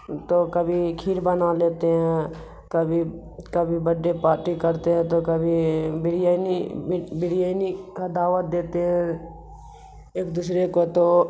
تو کبھی کھیر بنا لیتے ہیں کبھی کبھی بڈڈے پارٹی کرتے ہیں تو کبھی بریانی بریانی کا دعوت دیتے ہیں ایک دوسرے کو تو